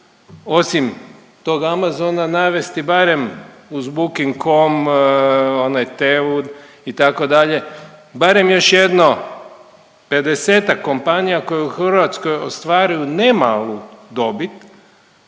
osim tog Amazona navesti barem uz Booking.com, onaj …/Govornik se ne razumije./… itd., barem još jedno 50-ak kompanija koje u Hrvatskoj ostvaruju, ne malu dobit